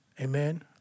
Amen